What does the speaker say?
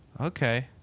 Okay